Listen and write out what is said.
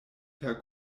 per